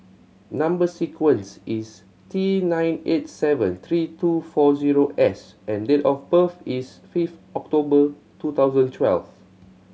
number sequence is T nine eight seven three two four zero S and date of birth is fifth October two thousand twelfth